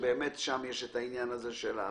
ששם יש את העניין הזה,